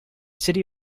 city